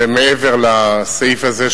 שמעבר לסעיף הזה,